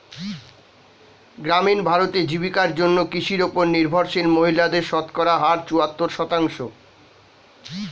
গ্রামীণ ভারতে, জীবিকার জন্য কৃষির উপর নির্ভরশীল মহিলাদের শতকরা হার চুয়াত্তর শতাংশ